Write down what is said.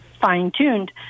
fine-tuned